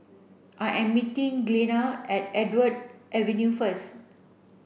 I am meeting Glenna at Andrew Avenue first